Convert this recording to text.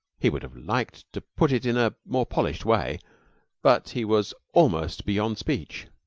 he would have liked to put it in a more polished way but he was almost beyond speech.